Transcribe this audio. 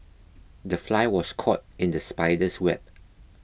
the fly was caught in the spider's web